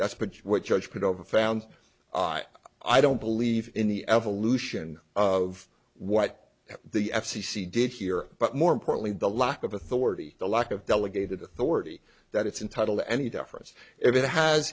that's what judge put over found i don't believe in the evolution of what the f c c did here but more importantly the lack of authority the lack of delegated authority that it's entitle to any difference if it has